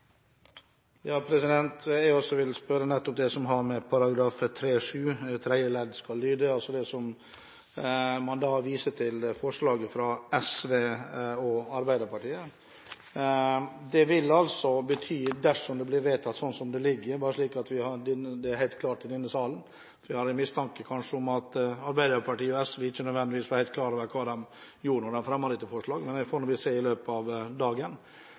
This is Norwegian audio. Jeg vil også spørre om dette med «§ 3-7 tredje ledd skal lyde», altså forslaget fra SV og Arbeiderpartiet, som man viser til. Bare så vi har det helt klart i denne salen: Dersom det blir vedtatt slik det ligger – for jeg har kanskje en mistanke om at Arbeiderpartiet og SV ikke nødvendigvis var helt klar over hva de gjorde da de fremmet dette forslaget, men det får vi nå se i løpet av dagen